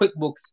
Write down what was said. QuickBooks